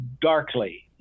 darkly